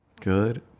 Good